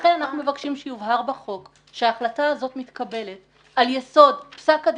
ולכן אנחנו מבקשים שיובהר בחוק שההחלטה הזאת מתקבל על יסוד פסק הדין,